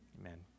Amen